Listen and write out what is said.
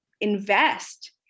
invest